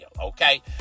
okay